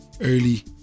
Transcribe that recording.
early